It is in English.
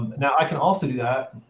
now, i can also do that,